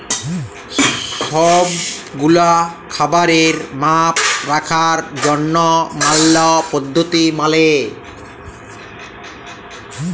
সব গুলা খাবারের মাপ রাখার জনহ ম্যালা পদ্ধতি মালে